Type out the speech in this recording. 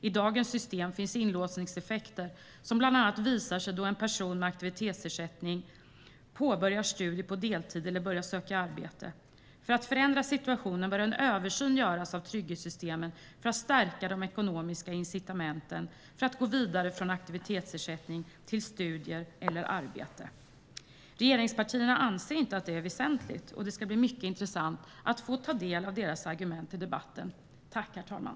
I dagens system finns inlåsningseffekter som bland annat visar sig då en person med aktivitetsersättning påbörjar studier på deltid eller börjar söka arbete. För att förändra situationen bör en översyn göras av trygghetssystemen för att stärka de ekonomiska incitamenten för att gå vidare från aktivitetsersättning till studier eller arbete. Regeringspartierna anser inte att det är väsentligt. Det ska bli mycket intressant att få ta del av deras argument i debatten.